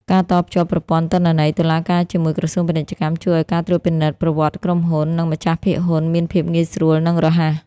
ការតភ្ជាប់ប្រព័ន្ធទិន្នន័យតុលាការជាមួយក្រសួងពាណិជ្ជកម្ម ជួយឱ្យការត្រួតពិនិត្យប្រវត្តិក្រុមហ៊ុន និងម្ចាស់ភាគហ៊ុនមានភាពងាយស្រួល និងរហ័ស។